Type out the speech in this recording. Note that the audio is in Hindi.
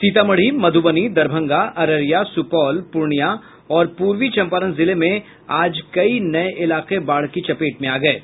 सीतामढ़ी मध्रबनी दरभंगा अररिया सुपौल पूर्णिया और पूर्वी चंपारण जिले में आज कई नये इलाके बाढ़ की चपेट में आ गये हैं